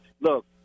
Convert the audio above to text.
Look